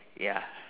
ya